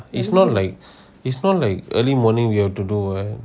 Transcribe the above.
ya it's not like it's not like early morning you have to do right